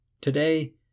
Today